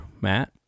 matt